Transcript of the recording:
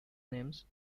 names